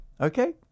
Okay